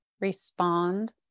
respond